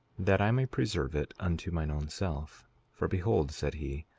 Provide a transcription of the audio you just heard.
that i may preserve it unto mine own self for behold, said he,